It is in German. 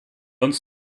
uns